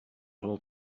hall